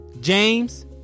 James